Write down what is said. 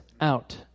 out